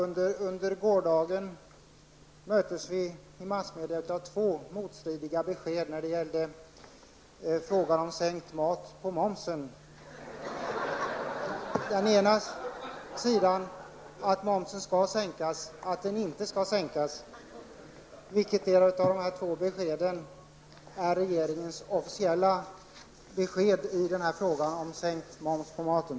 Herr talman! Jag vill ställa en fråga till statsministern. Under gårdagen möttes vi av två motstridiga besked i massmedia när det gäller frågan om sänkt mat på momsen -- ett besked är att momsen skall sänkas och ett annat besked är att den inte skall sänkas. Vilket är alltså regeringens officiella besked i frågan om sänkt moms på maten?